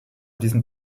diesem